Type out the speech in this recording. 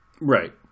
right